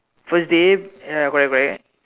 first day correct correct